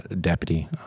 deputy